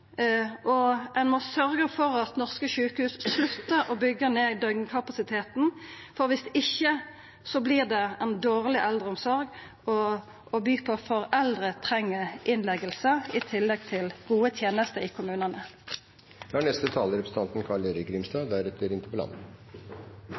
og ein må sørgja for at norske sjukehus sluttar å byggja ned døgnkapasiteten – viss ikkje vert det ei dårleg eldreomsorg å by på, for eldre treng innlegging, i tillegg til gode tenester i kommunane. Jeg tar ordet først og fremst for å ønske eldreministeren velkommen i stortingssalen. Det er